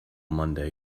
monday